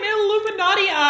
Illuminati